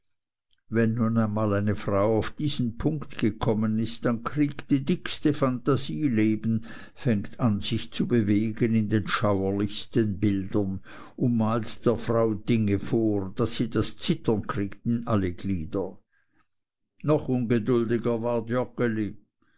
wenn nur einmal eine frau auf diesen punkt gekommen ist dann kriegt die dickste phantasie leben fängt sich an zu bewegen in den schauerlichsten bildern und malt der frau dinge vor daß sie das zittern kriegt in alle glieder noch ungeduldiger ward